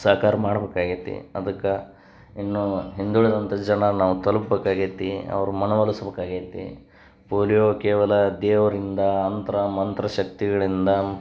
ಸಾಕಾರ ಮಾಡಬೇಕಾಗ್ಯೈತಿ ಅದಕ್ಕೆ ಇನ್ನೂ ಹಿಂದುಳಿದಂಥ ಜನ ನಾವು ತಲುಪ್ಬೇಕಾಗ್ಯೈತಿ ಅವ್ರ ಮನ ಒಲಸ್ಬೇಕಾಗ್ಯೈತಿ ಪೋಲಿಯೋ ಕೇವಲ ದೇವರಿಂದ ಅಂತ್ರ ಮಂತ್ರ ಶಕ್ತಿಗಳಿಂದ